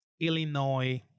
Illinois